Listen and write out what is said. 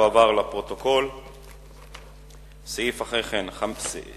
אנחנו עוברים לשאילתא מס' 503,